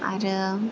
आरो